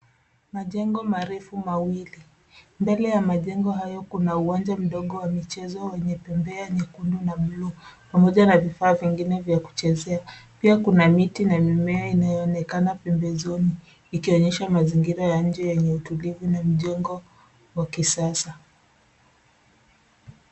Majengo marefu mawili. mbele ya majengo hayo kuna uwanja mdongo wa michezo wa inipendea ni nyekundu na bluu. pamoja la mifafu ingine bya kuchezea. Pia kuna miti na nimea inawaleikala pombezoni. Ikionyesha mazingira ya anje yenye utulivu na majengo yakisasa.